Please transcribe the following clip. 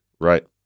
Right